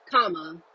comma